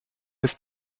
ist